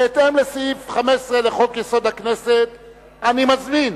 בהתאם לסעיף 15 לחוק-יסוד: הכנסת אני מזמין